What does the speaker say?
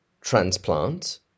transplant